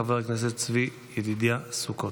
חבר הכנסת צבי ידידיה סוכות.